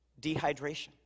dehydration